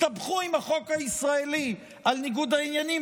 הסתבכו עם החוק הישראלי על ניגוד העניינים,